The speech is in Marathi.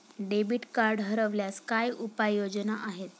डेबिट कार्ड हरवल्यास काय उपाय योजना आहेत?